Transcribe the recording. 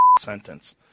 sentence